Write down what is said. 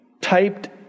typed